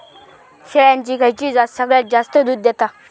शेळ्यांची खयची जात सगळ्यात जास्त दूध देता?